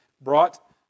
brought